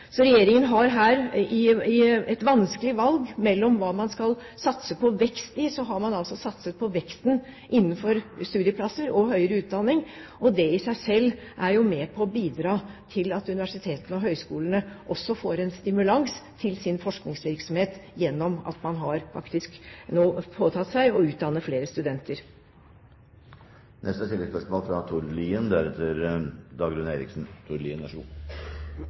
Så regjeringen har her et vanskelig valg mellom hva man skal satse på vekst i. Så har man satset på vekst innenfor studieplasser og høyere utdanning, og det i seg selv er jo med på å bidra til at universitetene og høyskolene også får en stimulans til sin forskningsvirksomhet gjennom at man nå har påtatt seg å utdanne flere studenter.